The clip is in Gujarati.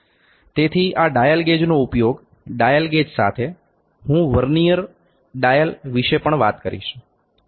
તેથી આ ડાયલ ગેજનો ઉપયોગ છે ડાયલ ગેજ સાથે હું ડાયલ વર્નીઅર વિશે પણ વાત કરી શકીશ